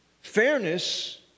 Fairness